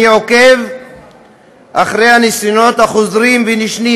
אני עוקב אחר הניסיונות החוזרים ונשנים